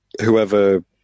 whoever